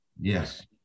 Yes